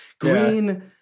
green